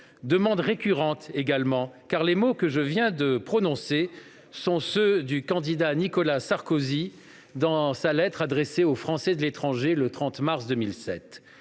Demande récurrente également, donc, car les mots que je viens de prononcer sont ceux du candidat Nicolas Sarkozy dans sa lettre adressée aux Français de l'étranger le 30 mars 2007.